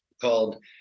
called